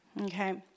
Okay